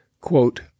quote